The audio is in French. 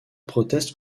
proteste